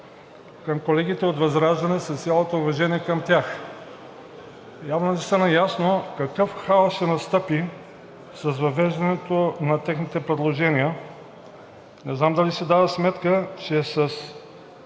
Към колегите от ВЪЗРАЖДАНЕ, с цялото уважение към тях – явно не са наясно какъв хаос ще настъпи с въвеждането на техните предложения. Не знам дали си дават сметка, че с